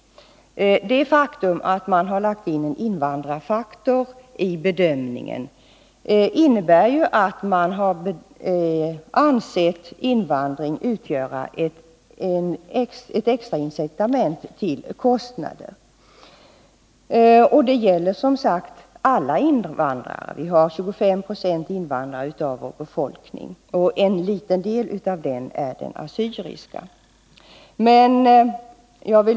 Det faktum att man har lagt in en invandrarfaktor i bedömningen innebär ju att man har ansett invandring utgöra ett extra incitament till kostnader. Det gäller som sagt alla invandrare. 25 96 av vår befolkning är invandrare, och en liten del av dem är assyrier.